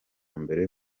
mbere